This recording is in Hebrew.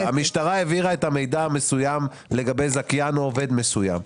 המשטרה העבירה את המידע המסוים לגבי זכיין או עובד מסוים.